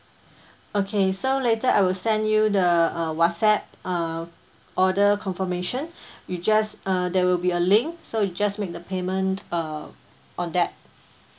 okay so later I will send you the uh whatsapp err order confirmation you just uh there will be a link so you just make the payment uh on that